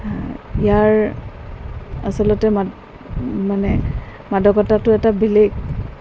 ইয়াৰ আচলতে মানে মাদকতাটো এটা বেলেগ